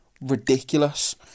ridiculous